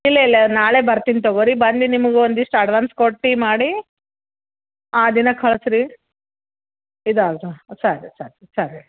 ಇಲ್ಲ ಇಲ್ಲ ನಾಳೆ ಬರ್ತೀನಿ ತಗೊಳಿ ಬಂದು ನಿಮಗೆ ಒಂದಿಷ್ಟು ಅಡ್ವಾನ್ಸ್ ಕೊಟ್ಟು ಮಾಡಿ ಆ ದಿನ ಕಳಿಸ್ರಿ ಸರಿ ಸರಿ ಸರಿ